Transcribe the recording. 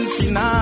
finale